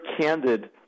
candid